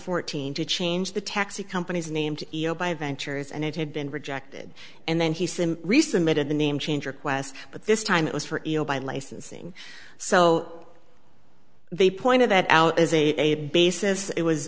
fourteen to change the taxi companies named by adventures and it had been rejected and then he sim resubmitted the name change requests but this time it was for by licensing so they pointed that out as a basis it